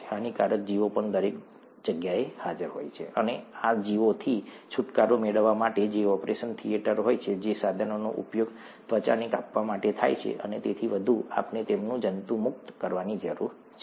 હાનિકારક જીવો પણ દરેક જગ્યાએ હાજર હોય છે અને આ સજીવોથી છૂટકારો મેળવવા માટે જે ઑપરેશન થિયેટર હોય છે જે સાધનોનો ઉપયોગ ત્વચાને કાપવા માટે થાય છે અને તેથી વધુ આપણે તેમને જંતુમુક્ત કરવાની જરૂર છે